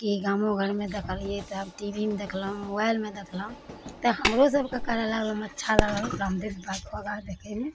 कि गामो घरमे देखलियै तऽ आब टी वी मे देखलहुॅं मोबाइलमे देखलहुॅं तऽ हमरो सबके करयमे अच्छा लागल रामदेब बाबाके बाबाके देखैमे